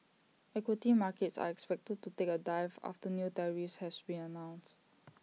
equity markets are expected to take A dive after new tariffs have been announced